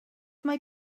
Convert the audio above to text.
mae